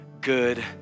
good